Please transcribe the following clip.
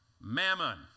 mammon